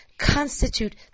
constitute